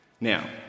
Now